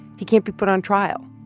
he can't be put on trial.